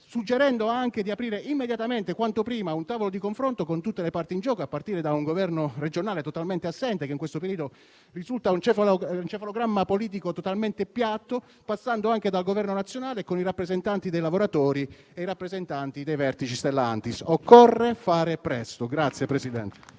suggerendo anche di aprire immediatamente, quanto prima, un tavolo di confronto con tutte le parti in gioco, a partire da un Governo regionale totalmente assente, che in questo periodo risulta avere un encefalogramma politico totalmente piatto, passando anche dal Governo nazionale, con i rappresentanti dei lavoratori e i rappresentanti dei vertici Stellantis. Occorre fare presto.